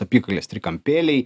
apykojės trikampėliai